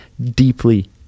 deeply